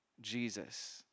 Jesus